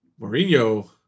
Mourinho –